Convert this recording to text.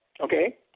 Okay